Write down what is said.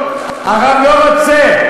הרב לא רוצה,